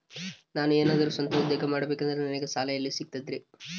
ನಾನು ಏನಾದರೂ ಸ್ವಂತ ಉದ್ಯೋಗ ಮಾಡಬೇಕಂದರೆ ನನಗ ಸಾಲ ಎಲ್ಲಿ ಸಿಗ್ತದರಿ?